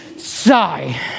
Sigh